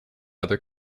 other